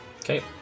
Okay